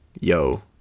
yo